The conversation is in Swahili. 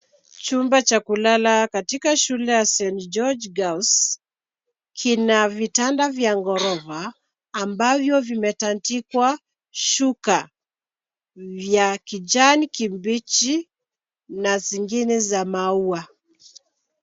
Chumba cha kulala katika shule ya Saint George Girls, kina vitanda vya ghorofa ambavyo vimetandikwa shuka vya kijani kibichi na zingine za maua.